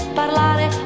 parlare